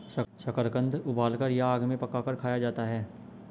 शकरकंद उबालकर या आग में पकाकर खाया जाता है